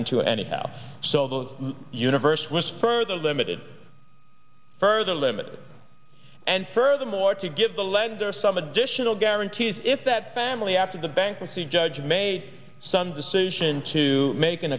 into anyhow so the universe was further limited further limited and furthermore to give the lead there are some additional guarantees if that family after the bankruptcy judge made some decision to make an